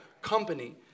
company